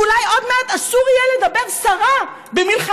ואולי עוד מעט אסור יהיה לדבר סרה במלחמה.